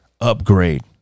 upgrade